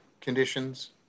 conditions